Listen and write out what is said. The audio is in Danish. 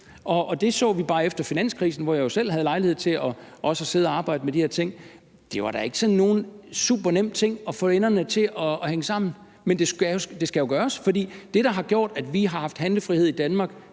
Det så vi bare efter finanskrisen, hvor jeg jo selv havde lejlighed til at sidde og arbejde med de her ting. Det var da ikke sådan nogle super nem ting at få enderne til at mødes, men det skal jo gøres. For det, der har gjort, at vi har haft handlefrihed i dag